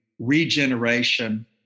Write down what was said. regeneration